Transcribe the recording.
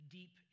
deep